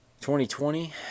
2020